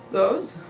those?